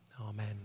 Amen